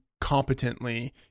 competently